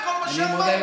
אלימות.